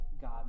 God